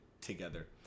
together